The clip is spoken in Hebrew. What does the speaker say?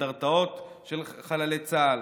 אנדרטאות של חללי צה"ל,